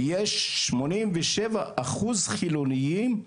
ויש 87% חילוניים.